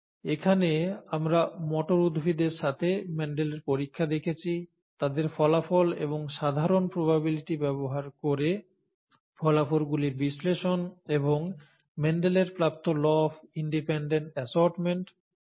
এখানে আমরা মটর উদ্ভিদের সাথে ম্যান্ডেলের পরীক্ষা দেখেছি তাদের ফলাফল এবং সাধারণ প্রবাবিলিটি ব্যবহার করে ফলাফলগুলির বিশ্লেষণ এবং মেন্ডেলের প্রাপ্ত 'ল অফ ইন্ডিপেন্ডেন্ট অ্যাশর্টমেন্ট'